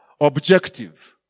objective